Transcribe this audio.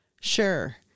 Sure